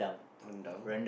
rendang